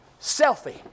Selfie